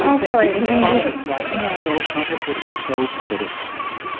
also, inequality stats are so complicated and so politicized.